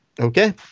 Okay